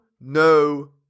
no